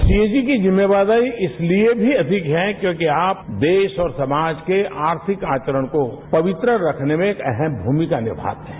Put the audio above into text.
CAG की जिम्मेदारी इसलिए भी अधिक है क्योंकि आप देश और समाज के आर्थिक आचरण को पवित्र रखने में एक अहम भूमिका निभा रहे हैं